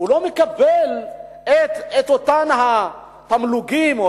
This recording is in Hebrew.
העובד לא מקבל את אותם התמלוגים או